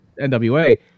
NWA